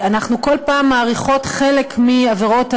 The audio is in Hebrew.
אנחנו כל פעם מאריכות חלק מהעבירות,